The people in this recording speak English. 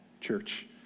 church